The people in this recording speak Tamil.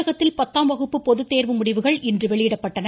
தமிழகத்தில் பத்தாம் வகுப்பு பொதுத்தேர்வு முடிவுகள் இன்று வெளியிடப்பட்டன